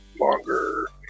longer